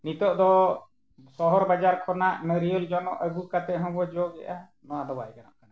ᱱᱤᱛᱳᱜ ᱫᱚ ᱥᱚᱦᱚᱨ ᱵᱟᱡᱟᱨ ᱠᱷᱚᱱᱟᱜ ᱱᱟᱲᱠᱮᱞ ᱡᱚᱱᱚᱜ ᱟᱹᱜᱩ ᱠᱟᱛᱮᱫ ᱦᱚᱸᱵᱚ ᱡᱚᱜᱮᱜᱼᱟ ᱱᱚᱣᱟ ᱫᱚ ᱵᱟᱭ ᱜᱟᱱᱚᱜ ᱠᱟᱱᱟ